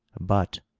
but,